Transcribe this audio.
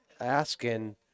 asking